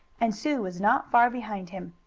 and sue was not far behind him.